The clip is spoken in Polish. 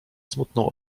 smutną